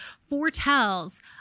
foretells